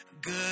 Good